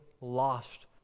lost